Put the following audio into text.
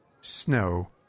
snow